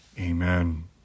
Amen